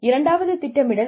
இரண்டாவது திட்டமிடல்